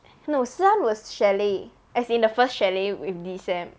no si an was chalet as in the first chalet with dee sem